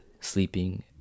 sleeping